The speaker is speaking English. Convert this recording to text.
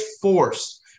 force